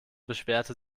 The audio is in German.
beschwerte